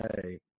Hey